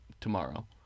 tomorrow